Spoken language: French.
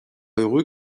heureux